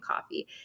coffee